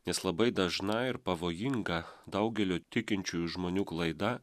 nes labai dažna ir pavojinga daugelio tikinčiųjų žmonių klaida